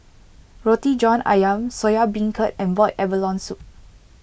Roti John Ayam Soya Beancurd and Boiled Abalone Soup